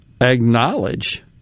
acknowledge